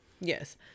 yes